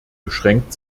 beschränkt